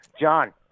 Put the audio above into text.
John